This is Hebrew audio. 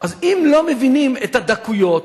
אם לא מבינים את הדקויות,